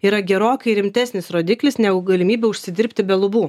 yra gerokai rimtesnis rodiklis negu galimybė užsidirbti be lubų